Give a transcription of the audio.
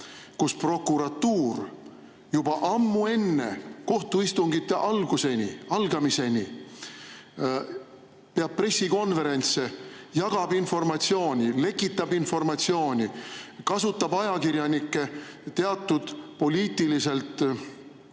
kus prokuratuur juba ammu enne kohtuistungi algamist peab pressikonverentse, jagab informatsiooni, lekitab informatsiooni, kasutab ajakirjanikke teatud poliitiliselt